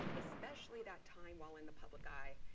especially that time while in the public eye,